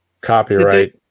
copyright